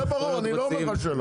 זה ברור, אני לא אומר לך שלא.